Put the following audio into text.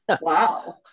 Wow